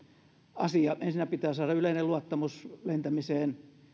asia ensinnä pitää saada yleinen luottamus lentämiseen